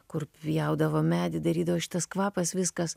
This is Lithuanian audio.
kur pjaudavo medį darydavo šitas kvapas viskas